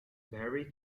vary